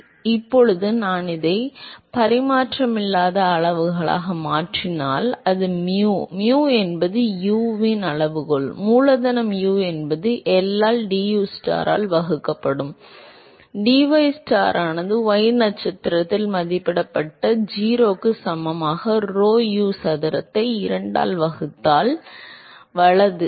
எனவே இப்போது நான் இதை பரிமாணமில்லாத அளவுகளாக மாற்றினால் அது mu mu என்பது U இன் அளவுகோல் மூலதனம் U என்பது L ஆல் dustar ஆல் வகுக்கப்படும் dystar ஆனது y நட்சத்திரத்தில் மதிப்பிடப்பட்ட 0 க்கு சமமாக rho U சதுரத்தை 2 ஆல் வகுத்தால் வலது